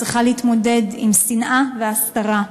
צריכה להתמודד עם שנאה והסתרה?